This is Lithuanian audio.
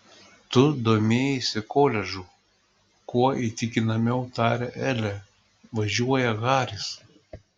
tu domėjaisi koledžu kuo įtikinamiau tarė elė važiuoja haris